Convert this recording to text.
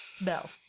Bell